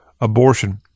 abortion